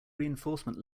reinforcement